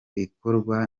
irakorwa